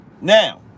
Now